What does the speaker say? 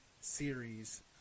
series